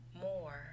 more